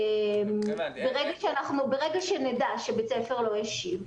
ברגע שנדע שבית ספר לא השיב,